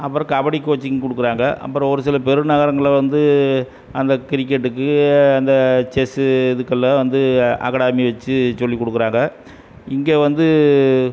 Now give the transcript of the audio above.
அப்புறம் கபடி கோச்சிங் கொடுக்குறாங்க அப்புறம் ஒரு சில பெரு நகரங்கள்ல வந்து அந்த கிரிக்கெட்டுக்கு அந்த செஸ்ஸு இதுக்கெல்லாம் வந்து அகாடமி வச்சு சொல்லிக் கொடுக்குறாங்க இங்கே வந்து